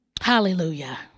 Hallelujah